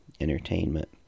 entertainment